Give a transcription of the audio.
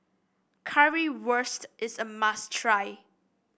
currywurst is a must try